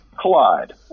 collide